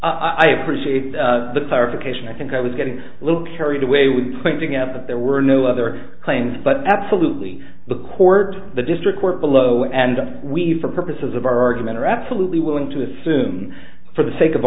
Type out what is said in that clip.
so i appreciate the clarification i think i was getting a little carried away with pointing out that there were no other claims but absolutely the cord the district court below and we for purposes of our argument are absolutely willing to assume for the sake of